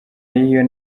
y’iyo